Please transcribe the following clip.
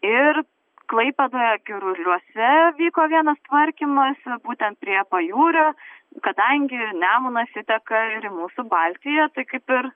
ir klaipėdoje giruliuose vyko vienas tvarkymas būtent prie pajūrio kadangi nemunas įteka ir į mūsų baltiją tai kaip ir